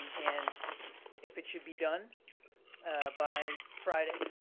and if it should be done by friday,